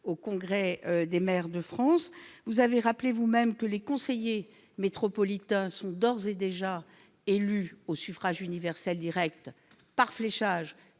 au congrès des maires de France. Vous avez rappelé vous-même que les conseillers métropolitains sont d'ores et déjà élus au suffrage universel direct, par fléchage